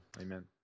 Amen